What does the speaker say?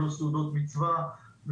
לא סעודות מצווה,